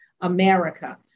America